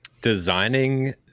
designing